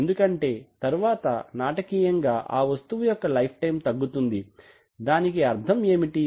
ఎందుకంటే తరువాత నాటకీయంగా ఆ వస్తువు యొక్క లైఫ్ టైం తగ్గుతుంది దాని అర్ధం ఏమిటి